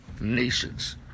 nations